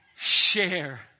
share